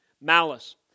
malice